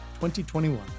2021